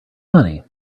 money